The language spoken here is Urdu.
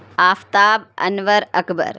آفتاب انور اکبر